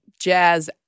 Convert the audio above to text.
jazz